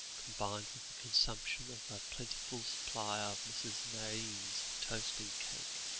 combined with the consumption of a plentiful supply of mrs. nairne's toast and cake,